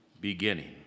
beginning